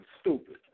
stupid